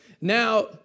Now